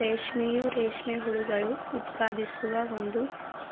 ರೇಷ್ಮೆಯು ರೇಷ್ಮೆ ಹುಳುಗಳು ಉತ್ಪಾದಿಸುವ ಒಂದು